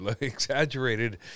exaggerated